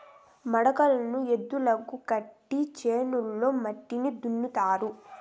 మడకలను ఎద్దులకు కట్టి చేనులో మట్టిని దున్నుతారు